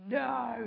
no